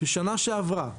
בשנה שעברה,